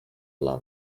dla